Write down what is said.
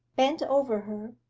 bent over her,